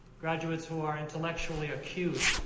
graduates who are intellectually acute,